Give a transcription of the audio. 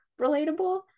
relatable